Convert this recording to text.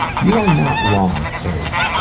you are not wrong, dave.